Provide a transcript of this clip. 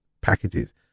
packages